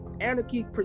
anarchy